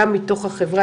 גם מתוך החברה,